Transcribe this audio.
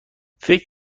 فکر